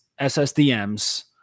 SSDMs